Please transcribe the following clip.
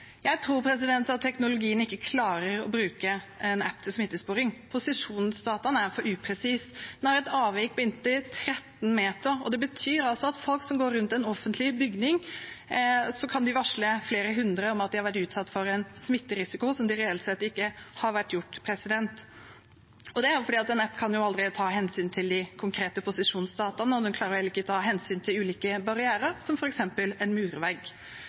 Jeg tror at teknologien ikke klarer å bruke en app til smittesporing, posisjonsdataene er for upresise. Det er et avvik på inntil 13 meter. Det betyr at folk som går rundt en offentlig bygning, kan varsle flere hundre om at de har vært utsatt for en smitterisiko som de reelt sett ikke har vært utsatt for. Det er fordi en app aldri kan ta hensyn til de konkrete posisjonsdataene, og den klarer heller ikke å ta hensyn til ulike barrierer, som f.eks. en murvegg.